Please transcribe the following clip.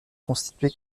constitué